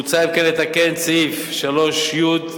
מוצע אם כן לתקן את סעיף 3(י)(11)